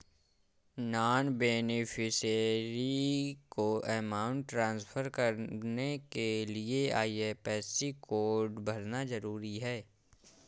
non beneficiary को amount transfer करने के लिए आई.एफ.एस.सी कोड भरना जरूरी है